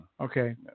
Okay